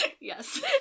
Yes